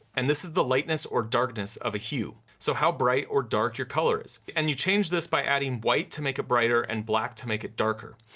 and this is the lightness or darkness of a hue. so how bright or dark your color is and you change that by adding white to make it brighter and black to make it darker,